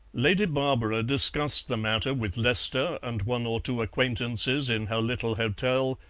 lady barbara discussed the matter with lester and one or two acquaintances in her little hotel,